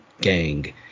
gang